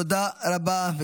תודה רבה.